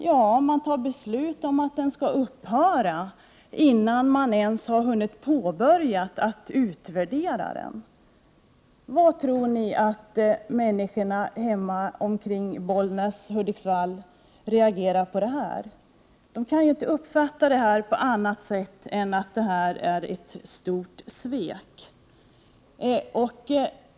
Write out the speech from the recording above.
Jo, man fattar beslut om att verksamheten skall upphöra innan man ens har hunnit påbörja någon utvärdering. Hur tror ni att människorna kring Bollnäs och Hudiksvall reagerar på det som sker? De kan ju inte uppfatta det på annat sätt än att det är ett stort svek.